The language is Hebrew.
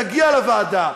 נגיע לוועדה,